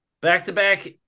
back-to-back